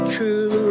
True